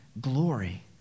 glory